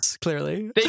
Clearly